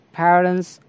parents